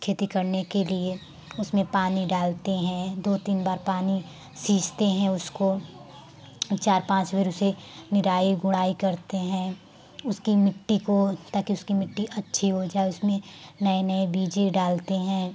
खेती करने के लिए उसमें पानी डालते हैं दो तीन बार पानी सींचते हैं उसको चार पाँच बार उसे निराई गोड़ाई करते हैं उसकी मिट्टी को ताकि उसकी मिट्टी अच्छी हो जाए उसमें नये नये बीजे डालते हैं